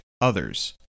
others